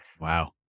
Wow